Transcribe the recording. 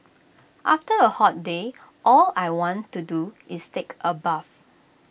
after A hot day all I want to do is take A bath